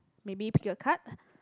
maybe pick a card